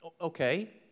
okay